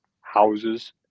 houses